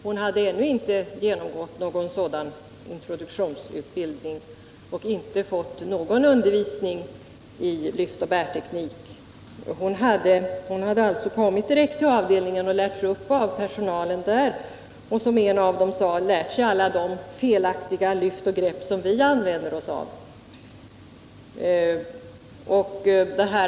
Hon hade ännu inte genomgått någon introduktionsutbildning och inte fått någon undervisning i lyftoch bärteknik. Hon hade kommit direkt till avdelningen och lärts upp av personalen där och, som en av dem sade, ”lärt sig alla de felaktiga lyft och grepp som vi använder oss av”.